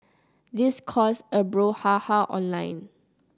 this caused a brouhaha online